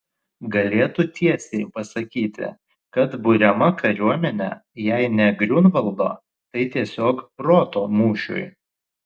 galėtų tiesiai pasakyti kad buriama kariuomenė jei ne griunvaldo tai tiesiog proto mūšiui